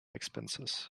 expenses